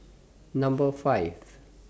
Number five